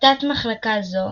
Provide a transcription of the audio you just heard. תת-מחלקה זו